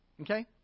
Okay